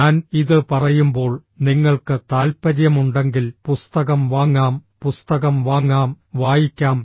ഞാൻ ഇത് പറയുമ്പോൾ നിങ്ങൾക്ക് താൽപ്പര്യമുണ്ടെങ്കിൽ പുസ്തകം വാങ്ങാം പുസ്തകം വാങ്ങാം വായിക്കാം